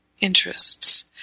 interests